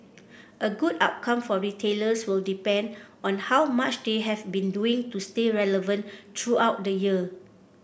a good outcome for retailers will depend on how much they have been doing to stay relevant throughout the year